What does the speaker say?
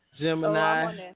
Gemini